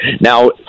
Now